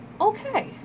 okay